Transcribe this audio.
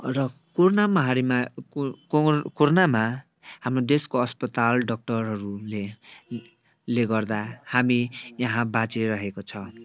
र कोरोना माहारीमा कोर कोरोनामा हाम्रो देशको अस्पताल डक्टरहरूले ले गर्दा हामी यहाँ बाँचिरहेको छ